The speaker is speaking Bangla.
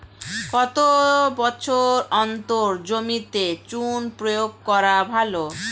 কত বছর অন্তর জমিতে চুন প্রয়োগ করা ভালো?